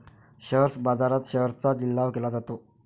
share बाजारात शेअर्सचा लिलाव केला जातो